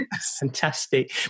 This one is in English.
Fantastic